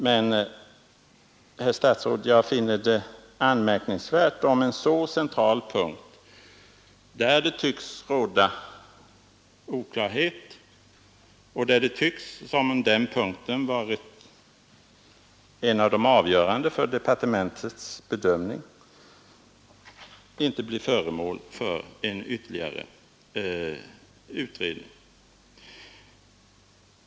Men, herr statsråd, jag finner det anmärkningsvärt om en så central punkt, där det tycks råda oklarhet och där det tycks som om den punkten var en av de avgörande för departementets bedömning, inte blir föremål för en ytterligare utredning.